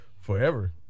forever